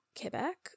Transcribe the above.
Quebec